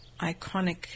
iconic